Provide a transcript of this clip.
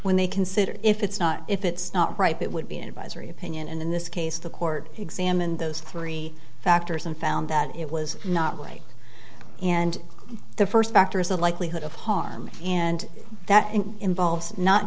when they consider if it's not if it's not right that would be an advisory opinion and in this case the court examined those three factors and found that it was not weight and the first factor is the likelihood of harm and that involves not